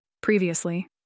Previously